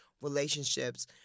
relationships